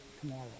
Tomorrow